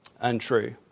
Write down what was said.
untrue